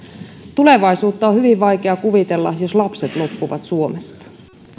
tulevaisuutta on hyvin vaikea kuvitella jos lapset loppuvat suomesta